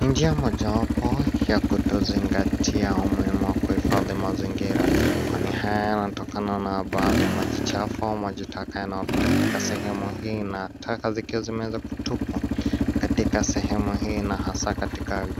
Njia mojawapo ya kutokazingatia umuhimu wa kuhifadhi mazingira, kwani haya yanatokana na baadhi ya maji chafu au maji taka yanayopita katika sehemu hii na taka zikiwa zimeweza kutupwa katika sehemu hii na hasa katika